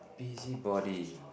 busybody